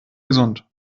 gesund